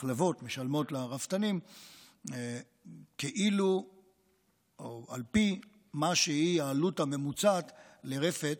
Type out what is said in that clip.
המחלבות משלמות לרפתנים כאילו על פי מה שהיא העלות הממוצעת לרפת